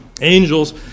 angels